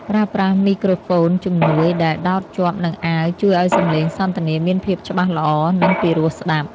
ប្រើប្រាស់មីក្រូហ្វូនជំនួយដែលដោតជាប់នឹងអាវជួយឱ្យសំឡេងសន្ទនាមានភាពច្បាស់ល្អ និង ពីរោះស្ដាប់។